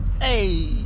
Hey